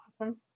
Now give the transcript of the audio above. awesome